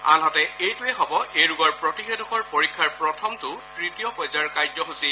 আনহাতে এইটোৱেই হ'ব এই ৰোগৰ প্ৰতিষেধকৰ পৰীক্ষাৰ প্ৰথমটো তৃতীয় পৰ্যায়ৰ কাৰ্যসূচী